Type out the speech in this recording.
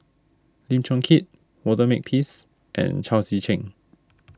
Lim Chong Keat Walter Makepeace and Chao Tzee Cheng